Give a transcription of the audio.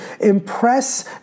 impress